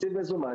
מר אוחיון,